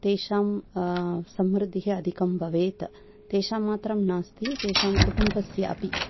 तेषां समृद्धिः अधिकं भवेत् तेषां मात्रं नास्ति तेषां कुटुम्बस्य अपि